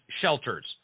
shelters